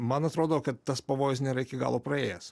man atrodo kad tas pavojus nėra iki galo praėjęs